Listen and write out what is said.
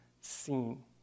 seen